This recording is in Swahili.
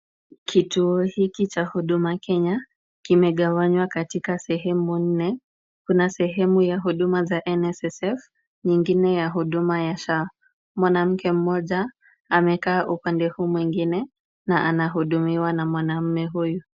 Kituo hiki cha Huduma Kenya kimegawanywa katika sehemu nne. Kuna sehemu ya huduma za NSSF,nyingine ya huduma ya SHA.Mwanamke mmoja amekaa upande huu mwingine na anahudumiwa na mwanamume huyu.